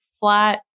flat